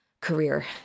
career